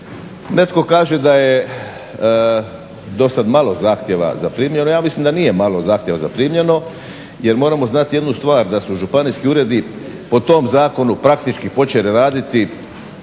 Netko kaže da je do sad malo zahtjeva zaprimljeno. Ja mislim da nije malo zahtjeva zaprimljeno, jer moramo znati jednu stvar da su županijski uredi po tom zakonu praktički počeli raditi